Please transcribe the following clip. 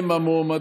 ירושלים,